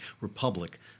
republic